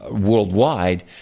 worldwide